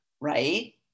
right